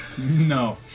No